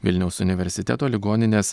vilniaus universiteto ligoninės